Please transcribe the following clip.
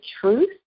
truth